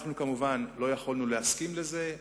אנחנו, כמובן, לא יכולנו להסכים לזה,